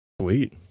Sweet